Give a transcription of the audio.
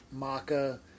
maca